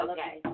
Okay